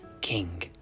King